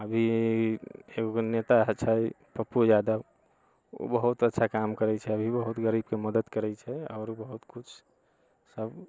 अभी एगो नेता छै पप्पू यादव ओ बहुत अच्छा काम करै छै अभी बहुत गरीबके मदद करै छै आओर बहुत कुछ सब